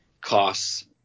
costs